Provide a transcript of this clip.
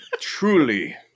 truly